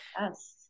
Yes